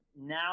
now